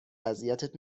اذیتت